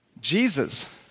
Jesus